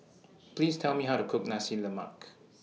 Please Tell Me How to Cook Nasi Lemak